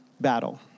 battle